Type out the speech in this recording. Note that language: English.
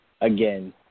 again